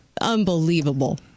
unbelievable